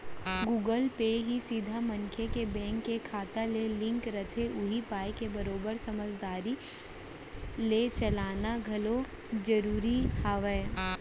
Google Pay ह सीधा मनसे के बेंक के खाता ले लिंक रथे उही पाय के बरोबर समझदारी ले चलाना घलौ जरूरी हावय